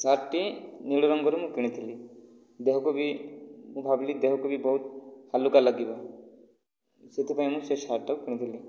ସାର୍ଟଟି ନୀଳ ରଙ୍ଗର ମୁଁ କିଣିଥିଲି ଦେହକୁ ବି ମୁଁ ଭାବିଲି ଦେହକୁ ବି ବହୁତ ହାଲୁକା ଲାଗିବ ସେଥିପାଇଁ ମୁଁ ସେ ସାର୍ଟ ଟାକୁ କିଣିଥିଲି